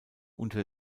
unter